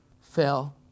fell